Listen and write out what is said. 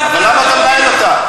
אבל למה אתה מנהל אותה?